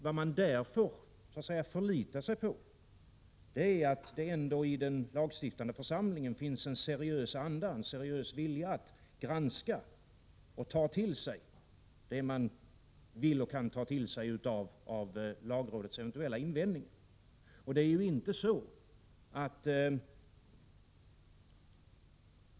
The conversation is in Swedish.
Vad man får förlita sig på är ändå att det i den lagstiftande församlingen finns en seriös vilja och anda att granska och ta till sig det man vill och kan ta till sig av lagrådets eventuella invändningar.